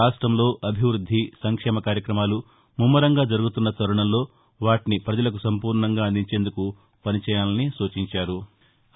రాష్టంలో అభివృద్ది సంక్షేమ కార్యక్రమాలు ముమ్మరంగా జరుగుతున్న తరుణంలో వాటిని ప్రపజలకు సంపూర్ణంగా అందించేందుకు పనిచేయాలని సూచించారు